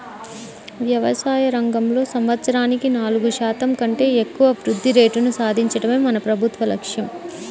వ్యవసాయ రంగంలో సంవత్సరానికి నాలుగు శాతం కంటే ఎక్కువ వృద్ధి రేటును సాధించడమే మన ప్రభుత్వ లక్ష్యం